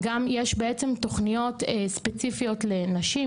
וגם יש בעצם תוכניות ספציפיות לנשים,